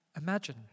imagine